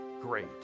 great